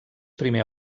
primer